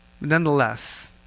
Nonetheless